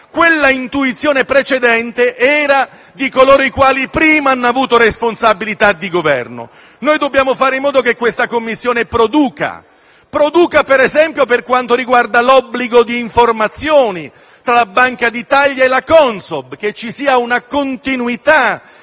quell'intuizione precedente era di coloro i quali prima hanno avuto responsabilità di Governo. Noi dobbiamo fare in modo che questa Commissione produca, per esempio per quanto riguarda l'obbligo di informazioni tra la Banca d'Italia e la Consob, affinché ci sia una continuità